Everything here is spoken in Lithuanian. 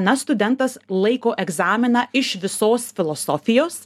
na studentas laiko egzaminą iš visos filosofijos